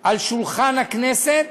על שולחן הכנסת,